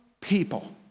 people